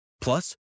Plus